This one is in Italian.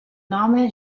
nome